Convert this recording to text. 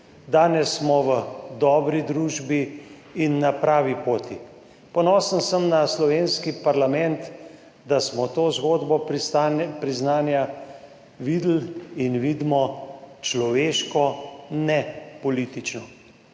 Danes smo v dobri družbi in na pravi poti. Ponosen sem na slovenski parlament, da smo to zgodbo priznanja videli in vidimo človeško, ne politično.